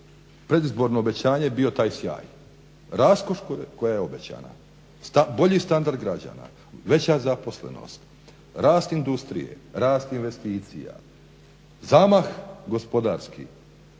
predizborno obećanje bio taj sjaj, raskoš koja je obećana, bolji standard građana, veća zaposlenost, rast industrije, rast investicija, zamah gospodarski